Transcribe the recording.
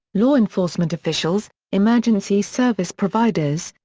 law enforcement officials, emergency service providers,